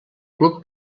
club